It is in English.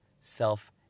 self